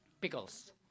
Pickles